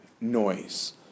noise